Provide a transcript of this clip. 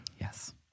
Yes